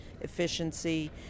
efficiency